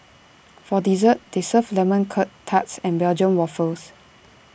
for dessert they serve lemon Curt tarts and Belgium Waffles